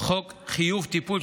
חיוב טיפול,